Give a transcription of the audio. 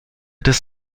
des